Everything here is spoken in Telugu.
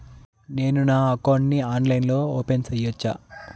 నేను నా అకౌంట్ ని ఆన్లైన్ లో ఓపెన్ సేయొచ్చా?